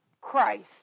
Christ